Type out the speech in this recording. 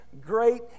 great